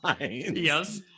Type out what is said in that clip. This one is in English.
yes